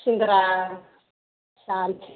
सिंग्रा दाल